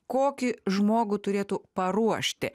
kokį žmogų turėtų paruošti